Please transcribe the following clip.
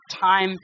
time